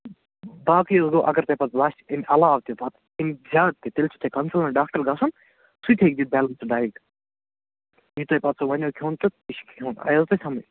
باقٕے حظ گوٚو اگر تۄہہِ پَتہٕ لاسٹَس اَمہِ علاو تہِ پَتہٕ اَمہِ زیادٕ تہِ تیٚلہِ چھِ تۄہہِ کنسٲرٕن ڈاکٹر گژھُن سُہ تہِ ہیٚکہِ دِتھ بیلَنسٕڈ ڈایِٹ یہِ تۄہہِ پَتہٕ سُہ وَنیو کھیوٚن تہٕ تہِ چھُ کھیوٚن آیوٕ تۄہہِ سَمٕجھ